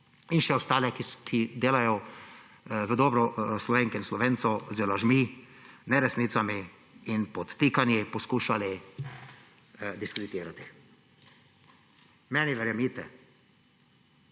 in še ostale, ki delajo v dobro Slovenk in Slovencev, z lažmi, neresnicami in podtikanji poskušali diskreditirati. Meni verjemite,